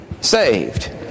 saved